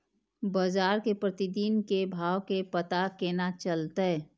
बजार के प्रतिदिन के भाव के पता केना चलते?